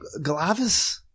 Galavis